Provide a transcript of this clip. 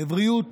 בבריאות